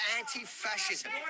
anti-fascism